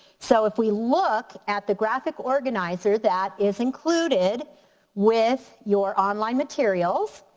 so if we look at the graphic organizer that is included with your online materials,